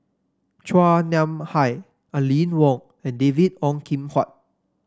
Chua Nam Hai Aline Wong and David Ong Kim Huat